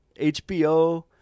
HBO